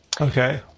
Okay